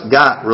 got